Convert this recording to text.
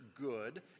good